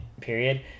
Period